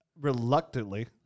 Reluctantly